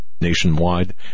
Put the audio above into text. Nationwide